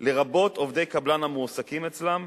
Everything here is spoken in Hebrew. לרבות עובדי קבלן המועסקים אצלם,